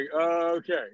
okay